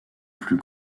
plus